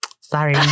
Sorry